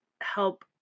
help